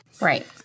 Right